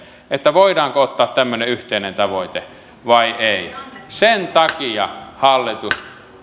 voidaanko ottaa tämmöinen yhteinen tavoite vai ei sen takia hallitus